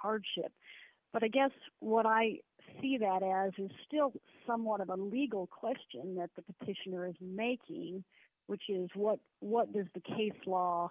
hardship but i guess what i see that as and still somewhat of a legal question that the petitioner is making which is what what does the case law